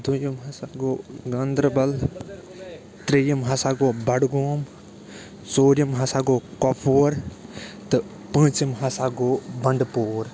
دوٚیِم ہسا گوٚو گانٛدر بل ترٛیٚیِم ہسا گوٚو بڈگوم ژوٗرِم ہَسا گوٚو کۄپوور تہٕ پوٗنٛژم ہَسا گوٚو بنڈٕپوٗر